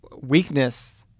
weakness